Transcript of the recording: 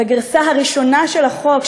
בגרסה הראשונה של החוק,